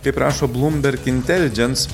kaip rašo bloomberg inteligents